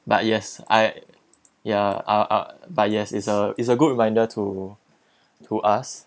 but yes I yeah I'll I'll but yes is a is a good reminder to to us